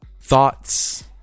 thoughts